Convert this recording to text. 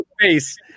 face